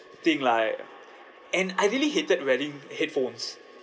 thing lah and I really hated wearing headphones